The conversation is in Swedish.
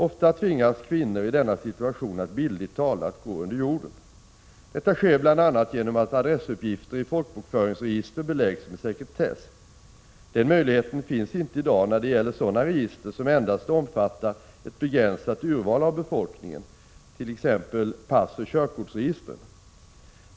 Ofta tvingas kvinnor i denna situation att bildligt talat gå under jorden. Detta sker bl.a. genom att adressuppgifter i folkbokföringsregister beläggs med sekretess. Den möjligheten finns inte i dag när det gäller sådana register som endast omfattar ett begränsat urval av befolkningen .